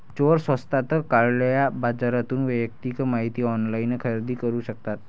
चोर स्वस्तात काळ्या बाजारातून वैयक्तिक माहिती ऑनलाइन खरेदी करू शकतात